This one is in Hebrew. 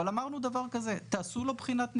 אבל אמרנו דבר כזה, תעשו לו בחינת נהיגה.